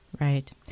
Right